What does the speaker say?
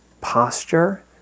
posture